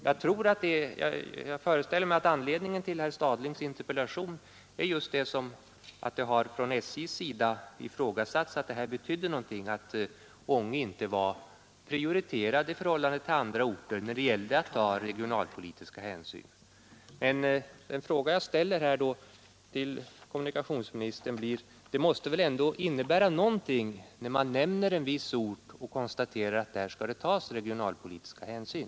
Jag föreställer mig att anledningen till herr Stadlings interpellation är just den att det från SJ:s sida har ifrågasatts att beslutet innebar att Ånge skulle prioriteras i förhållande till andra orter när det gällde att ta regionalpolitiska hänsyn. En fråga som jag ställer till kommunikationsministern är då: Måste det inte innebära någonting när riksdagen nämner en viss ort och konstaterar att där skall det tas regionalpolitiska hänsyn?